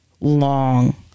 long